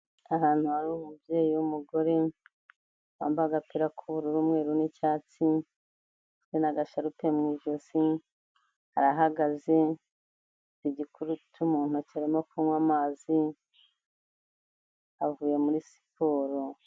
Ahantu hari umubyeyi w'umugore, wambaye agapira k'uburu umweruru n'icyatsi, afite n'agasharupe mu ijosi, arahagaze, afite igikurutu mu ntoki arimo kunywa amazi, avuye muri siporo.